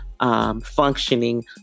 Functioning